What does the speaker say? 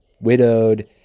widowed